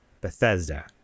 Bethesda